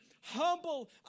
humble